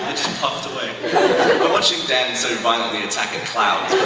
puffed away. but watching dan so violently attack a cloud